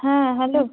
হ্যাঁ হ্যালো